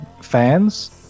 fans